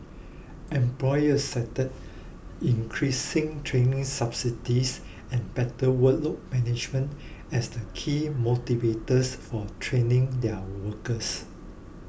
employers cited increased training subsidies and better workload management as the key motivators for training their workers